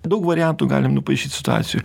daug variantų galim nupaišyt situacijų